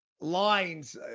lines